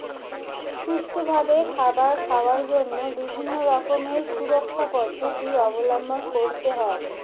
সুষ্ঠুভাবে খাবার খাওয়ার জন্য বিভিন্ন রকমের সুরক্ষা পদ্ধতি অবলম্বন করতে হয়